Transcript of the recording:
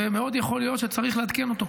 ויכול מאוד להיות שצריך לעדכן אותו.